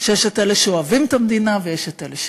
שיש אלה שאוהבים את המדינה ויש אלה שלא,